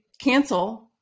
cancel